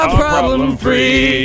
problem-free